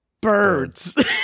Birds